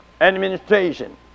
administration